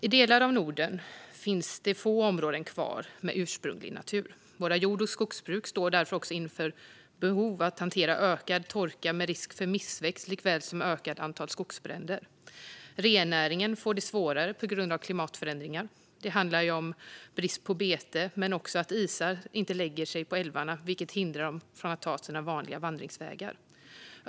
I delar av Norden finns få områden kvar med ursprunglig natur. Våra jord och skogsbruk står därför inför behov av att hantera ökad torka med risk för missväxt såväl som ett ökat antal skogsbränder. Rennäringen får det svårare på grund av klimatförändringarna. Det handlar om brist på bete och att isar inte lägger sig på älvarna, vilket hindrar renarna från att ta sina vanliga vandringsvägar.